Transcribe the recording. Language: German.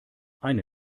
eine